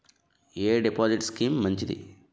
ఎ deposit scheme మంచిది?